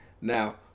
now